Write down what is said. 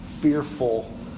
fearful